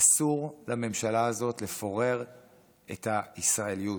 אסור לממשלה הזאת לפורר את הישראליות,